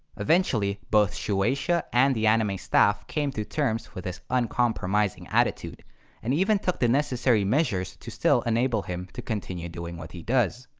eventually, both shueisha and the anime staff came to terms with his uncompromising attitude and even took the necessary measures to still enable him to continue doing what he does.